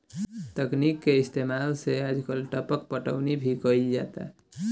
तकनीक के इस्तेमाल से आजकल टपक पटौनी भी कईल जाता